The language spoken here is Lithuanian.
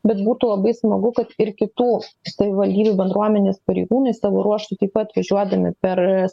bet būtų labai smagu kad ir kitų savivaldybių bendruomenės pareigūnai savo ruožtu taip pat važiuodami per